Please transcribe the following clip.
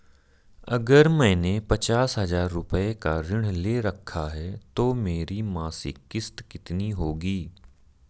अगर मैंने पचास हज़ार रूपये का ऋण ले रखा है तो मेरी मासिक किश्त कितनी होगी?